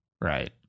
right